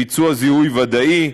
ביצוע זיהוי ודאי,